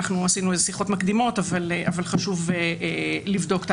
עשינו שיחות מקדימות אבל חשוב לבדוק את